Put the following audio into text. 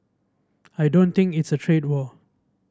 I don't think it's a trade war